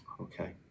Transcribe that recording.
okay